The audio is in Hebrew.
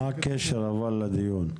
מה הקשר לדיון?